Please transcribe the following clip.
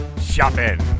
shopping